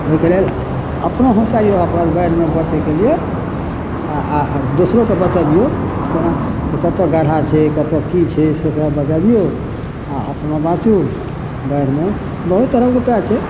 ओहिके लेल अपनो होसियार रहऽ पड़त बाढ़िमे बचैके लिए आ दोसरोके बचबियौ कोना जे कतौ गाढ़ा छै कतय की छै से सभ बचबियौ आ अपनो बाँचू बाढ़िमे बहुत तरहके उपाय छै